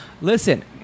Listen